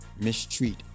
mistreat